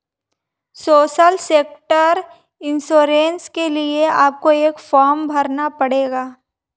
social sector insurance के लिए आपको एक फॉर्म भरना पड़ेगा